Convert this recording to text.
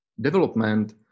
development